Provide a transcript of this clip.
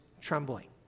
trembling